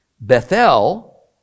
Bethel